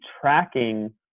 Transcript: tracking